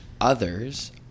others